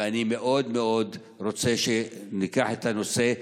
ואני מאוד מאוד רוצה שניקח את הנושא,